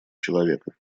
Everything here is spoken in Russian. человека